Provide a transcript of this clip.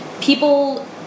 people